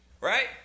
right